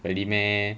really meh